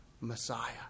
Messiah